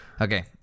Okay